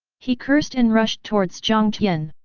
he cursed and rushed towards jiang tian.